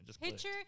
Picture